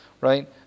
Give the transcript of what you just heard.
right